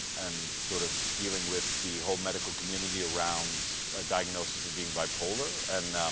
and sort of dealing with the whole medical community around a diagnosis of being bipolar. and,